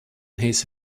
his